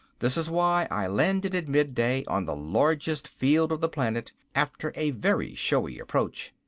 this was why i landed at midday, on the largest field on the planet, after a very showy approach.